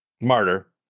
Martyr